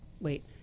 Wait